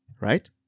right